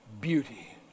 beauty